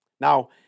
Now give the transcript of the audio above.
Now